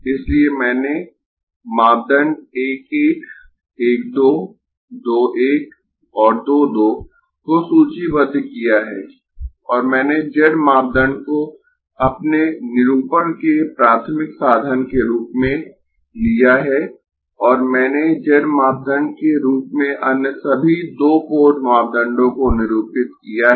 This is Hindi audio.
इसलिए मैंने मापदंड 1 1 1 2 2 1 और 2 2 को सूचीबद्ध किया है और मैंने z मापदंड को अपने निरूपण के प्राथमिक साधन के रूप में लिया है और मैंने z मापदंड के रूप में अन्य सभी दो पोर्ट मापदंडों को निरूपित किया है